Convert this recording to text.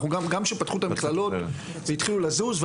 גם כשפתחו את המכללות והתחילו לזוז,